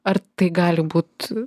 ar tai gali būt